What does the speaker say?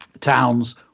towns